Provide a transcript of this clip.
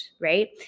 right